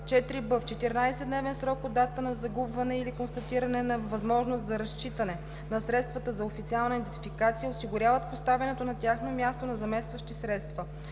4б. в 14-дневен срок от датата на загубване или констатиране на невъзможност за разчитане на средствата за официална идентификация осигуряват поставянето на тяхно място на заместващи средства;“